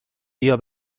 بیا